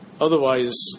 otherwise